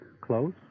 Close